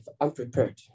unprepared